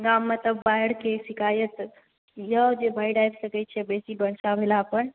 गाममे तऽ बाढ़िक शिकायत यऽ जे बाढि आबि सकै छै बेसी वर्षा भेला पर